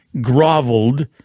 groveled